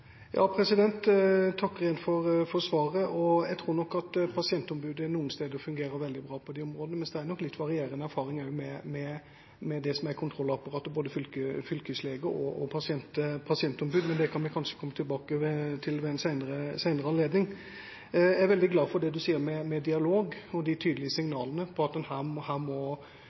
takker igjen for svaret. Jeg tror nok at pasientombudet noen steder fungerer veldig bra på det området, mens det er nok litt varierende erfaring med det som er kontrollapparatet, både fylkeslege og pasientombud. Men det kan vi kanskje komme tilbake til ved en senere anledning. Jeg er glad for det statsråden sier om dialog, og de tydelige signalene om at her må